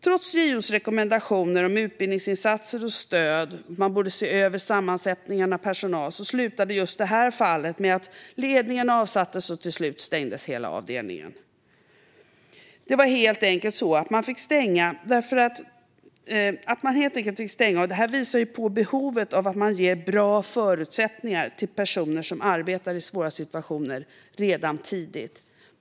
Trots JO:s rekommendationer om utbildningsinsatser och stöd och att sammansättningen av personal borde ses över slutade just detta fall med att ledningen avsattes och att hela avdelningen till slut stängdes. Den fick helt enkelt stänga, och detta visar på behovet av att redan tidigt ge bra förutsättningar till personer som arbetar i svåra situationer.